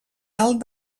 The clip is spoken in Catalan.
alt